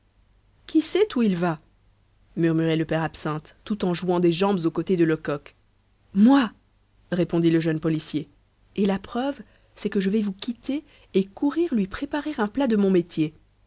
qui sait où il va murmurait le père absinthe tout en jouant des jambes aux côtés de lecoq moi répondit le jeune policier et la preuve c'est que je vais vous quitter et courir lui préparer un plat de mon métier